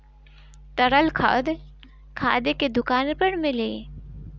तरल खाद खाद के दुकान पर मिली